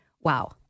Wow